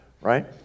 right